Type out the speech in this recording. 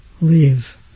leave